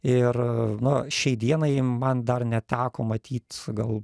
ir na šiai dienai man dar neteko matyt gal